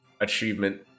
achievement